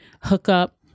hookup